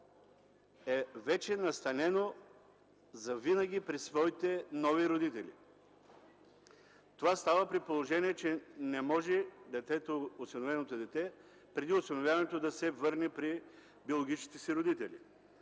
е вече настанено завинаги при своите нови родители. Това става при положение, че не може осиновеното дете преди осиновяването да се върне при биологичните си родители.